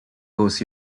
coast